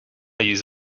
use